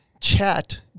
chat